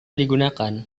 digunakan